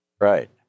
Right